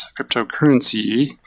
cryptocurrency